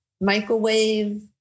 microwave